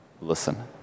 listen